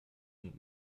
und